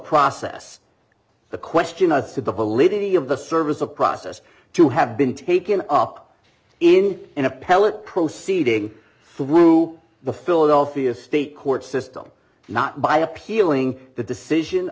process the question as to the validity of the service of process to have been taken up in an appellate proceeding through the philadelphia state court system not by appealing the decision